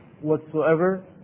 whatsoever